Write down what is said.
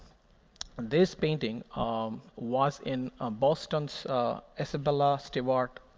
this painting um was in boston's isabella stewart